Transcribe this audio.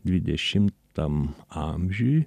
dvidešimtam amžiuj